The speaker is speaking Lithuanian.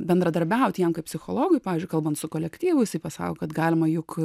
bendradarbiauti jam kaip psichologui pavyzdžiui kalbant su kolektyvu jisai pasako kad galima juk